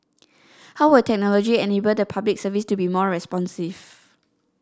how will technology enable the Public Service to be more responsive